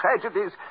tragedies